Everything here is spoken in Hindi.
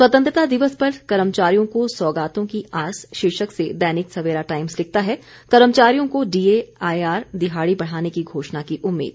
स्वतंत्रता दिवस पर कर्मचारियों को सौगातों की आस शीर्षक से दैनिक सवेरा टाईम्स लिखता है कर्मचारियों को डीए आईआर दिहाड़ी बढ़ाने की घोषणा की उम्मीद